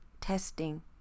testing